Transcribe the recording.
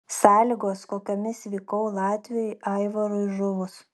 sąlygos kokiomis vykau latviui aivarui žuvus